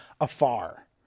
afar